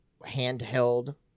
handheld